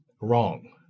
wrong